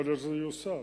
יכול להיות שזה יוסר,